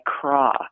craw